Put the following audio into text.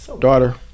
daughter